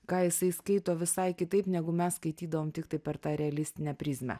ką jisai skaito visai kitaip negu mes skaitydavom tiktai per tą realistinę prizmę